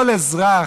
כל אזרח,